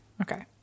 Okay